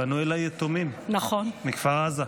פנו אליי יתומים מכפר עזה.